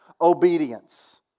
obedience